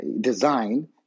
design